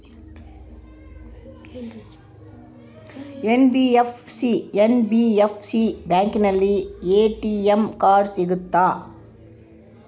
NBFC ಬ್ಯಾಂಕಿನಲ್ಲಿ ATM card ಸಿಗುತ್ತಾ?